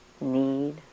need